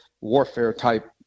warfare-type